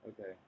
Okay